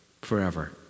forever